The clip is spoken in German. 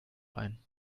ein